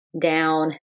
down